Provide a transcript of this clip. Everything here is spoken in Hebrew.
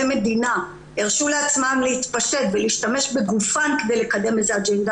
מדינה להתפשט ולהשתמש בגופן כדי לקדם את האג'נדה,